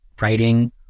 writing